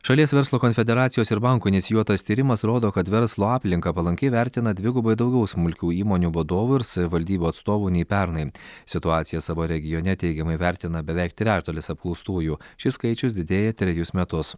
šalies verslo konfederacijos ir bankų inicijuotas tyrimas rodo kad verslo aplinką palankiai vertina dvigubai daugiau smulkių įmonių vadovų ir savivaldybių atstovų nei pernai situaciją savo regione teigiamai vertina beveik trečdalis apklaustųjų šis skaičius didėja trejus metus